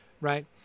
right